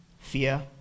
fear